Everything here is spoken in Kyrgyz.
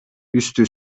үстү